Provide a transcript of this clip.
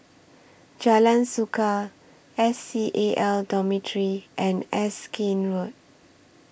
Jalan Suka S C A L Dormitory and Erskine Road